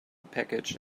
package